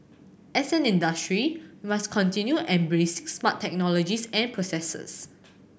as an industry we must continue embracing smart technologies and processes